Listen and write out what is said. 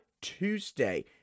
Tuesday